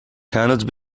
cannot